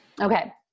Okay